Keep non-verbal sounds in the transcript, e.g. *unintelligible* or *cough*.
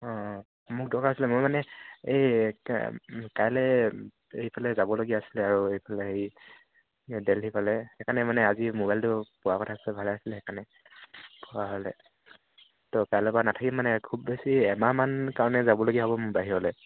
অঁ মোক দৰকাৰ আছিলে মই মানে এই কাইলে এইফালে যাবলগীয়া আছিলে আৰু এইফালে হে দিল্লীৰফালে সেইকাৰণে মানে আজি মোবাইলটো পোৱা কথা ভালে আছিলে সেইকাৰণে *unintelligible* হ'লে ত' কাইলৈ পৰা নাথাকিম মানে খুব বেছি এমাহমান কাৰণে যাবলগীয়া হ'ব মোৰ বাহিৰলে